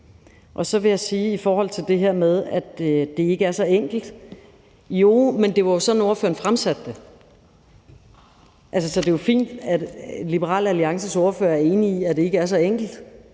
Så vil jeg sige i forhold til det her med, at det ikke er så enkelt, at det jo var sådan, ordføreren fremsatte det. Altså, det er fint, at Liberal Alliances ordfører er enig i, at det ikke er så enkelt,